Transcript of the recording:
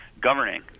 governing